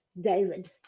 David